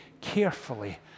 carefully